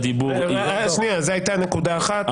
זו הייתה נקודה אחת,